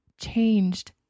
changed